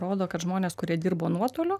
rodo kad žmonės kurie dirbo nuostoliu